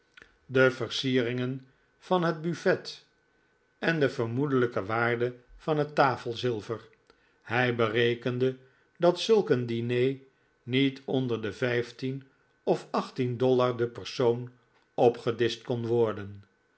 de versieringen van het buffet en de vermoedelijke waarde van het tafelzilver hij berekende dat zulk een diner niet onder de vijftien of achttien dollar de persoon opgedischt kon worden